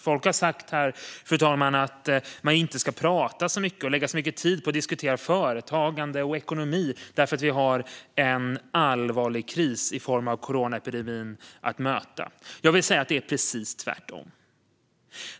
Folk har sagt här, fru talman, att man inte ska lägga så mycket tid på att diskutera företagande och ekonomi, då vi har en allvarlig kris i form av coronaepidemin att möta. Jag vill säga att det är precis tvärtom.